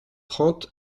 trente